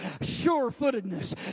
sure-footedness